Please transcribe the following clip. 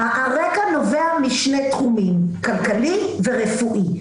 הרקע נובע משני תחומים, כלכלי ורפואי.